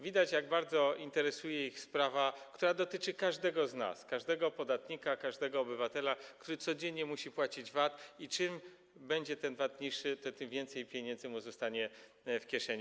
Widać, jak bardzo interesuje ich sprawa, która dotyczy każdego z nas, każdego podatnika, każdego obywatela, który codziennie musi płacić VAT, i im ten VAT będzie niższy, tym więcej pieniędzy mu zostanie w kieszeni.